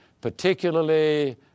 particularly